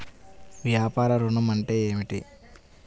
వ్యాపార ఋణం అంటే ఏమిటి?